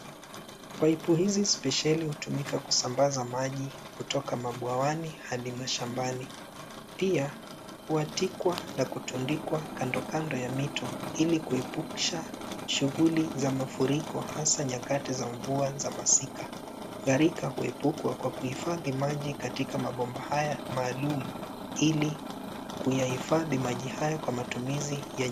Kwa ipu husi maalumu hutumika kusambaza maji kutoka mabwawani hadi mashambani. Pia huwekwa na kutundikwa kando kando ya mito ili kuepusha athari za mafuriko hasa nyakati za mvua za masika. Mafuriko huzuia kwa kufadhi maji ndani ya mabomba haya maalumu ili kuyaweka tayari kwa matumizi ya jamii.